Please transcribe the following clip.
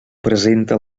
presenta